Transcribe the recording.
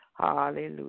Hallelujah